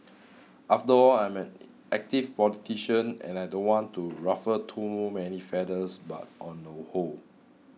after all I'm an active politician and I don't want to ruffle too many feathers but on the whole